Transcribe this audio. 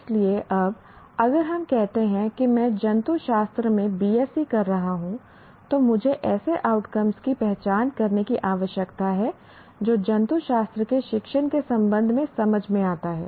इसलिए अब अगर हम कहते हैं कि मैं जंतु शास्र में BSc कर रहा हूं तो मुझे ऐसे आउटकम्स की पहचान करने की आवश्यकता है जो जंतु शास्र के शिक्षण के संबंध में समझ में आता है